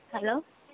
hello